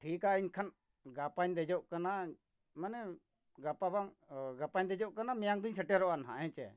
ᱴᱷᱤᱠᱟ ᱮᱱᱠᱷᱟᱱ ᱜᱟᱯᱟᱧ ᱫᱮᱡᱚᱜ ᱠᱟᱱᱟ ᱢᱟᱱᱮ ᱜᱟᱯᱟ ᱵᱟᱝ ᱜᱟᱯᱟᱧ ᱫᱮᱡᱚᱜ ᱠᱟᱱᱟ ᱢᱮᱭᱟᱝ ᱫᱩᱧ ᱥᱮᱴᱮᱨᱚᱜᱼᱟ ᱱᱟᱜ ᱦᱮᱸᱥᱮ